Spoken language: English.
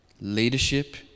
leadership